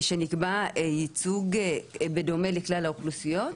שנקבע ייצוג בדומה לכלל האוכלוסיות,